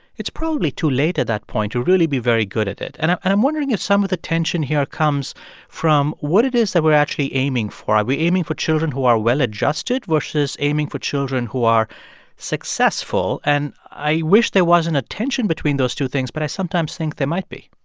it's probably too late at that point to really be very good at it. and i'm and i'm wondering if some of the tension here comes from what it is that we're actually aiming for. are we aiming for children who are well-adjusted versus aiming for children who are successful? and i wish there wasn't a tension between those two things, but i sometimes think there might be